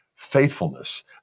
faithfulness